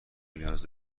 نیاز